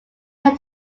had